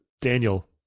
Daniel